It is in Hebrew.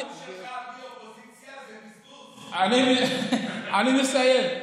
אני מסיים.